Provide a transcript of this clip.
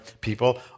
people